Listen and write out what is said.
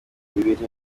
bibiri